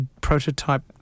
prototype